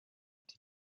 die